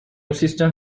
system